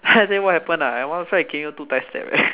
then I say what happen ah after I give you two tight slap leh